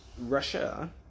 Russia